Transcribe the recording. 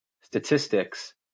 statistics –